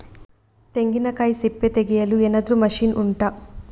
ತೆಂಗಿನಕಾಯಿ ಸಿಪ್ಪೆ ತೆಗೆಯಲು ಏನಾದ್ರೂ ಮಷೀನ್ ಉಂಟಾ